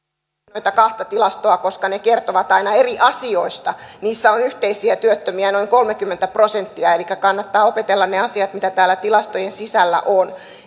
noita kahta tilastoa koska ne kertovat aina eri asioista niissä on yhteisiä työttömiä noin kolmekymmentä prosenttia elikkä kannattaa opetella ne asiat mitä täällä tilastojen sisällä on